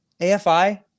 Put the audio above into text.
afi